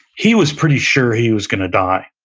he was pretty sure he was gonna die,